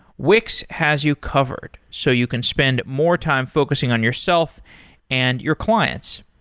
wix has you covered, so you can spend more time focusing on yourself and your clients.